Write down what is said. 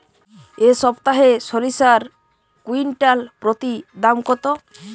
এই সপ্তাহে সরিষার কুইন্টাল প্রতি দাম কত?